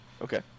okay